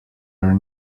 are